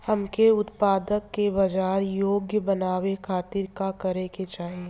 हमके उत्पाद के बाजार योग्य बनावे खातिर का करे के चाहीं?